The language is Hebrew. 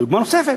דוגמה נוספת,